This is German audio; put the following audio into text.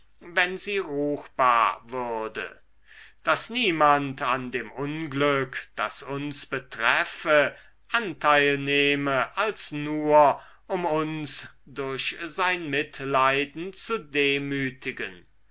wenn sie ruchbar würde daß niemand an dem unglück das uns betreffe anteil nehme als nur um uns durch sein mitleiden zu demütigen